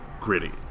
gritty